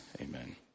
Amen